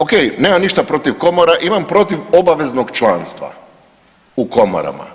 Ok, nemam ništa protiv komora, imam protiv obaveznog članstva u komorama.